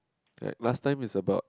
like last time is about